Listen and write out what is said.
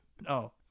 No